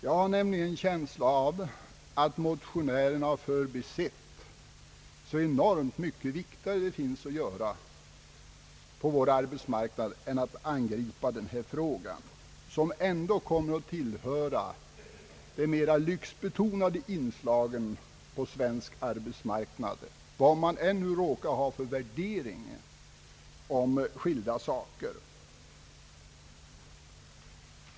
Jag har nämligen en känsla av att motionärerna förbisett att det finns enormt mycket viktigare saker att göra på vår arbetsmarknad än att angripa denna fråga, som ändå kommer att tillhöra de mera lyxbetonade inslagen på svensk arbetsmarknad, vad man än må råka ha för värdering om skilda saker.